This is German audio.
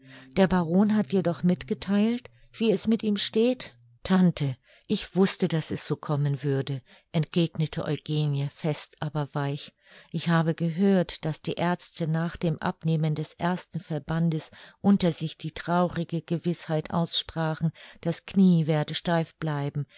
der baron hat dir doch mitgetheilt wie es mit ihm steht tante ich wußte daß es so kommen würde entgegnete eugenie fest aber weich ich habe gehört daß die aerzte nach dem abnehmen des ersten verbandes unter sich die traurige gewißheit aussprachen das knie werde steif bleiben